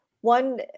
One